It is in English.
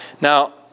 Now